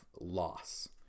loss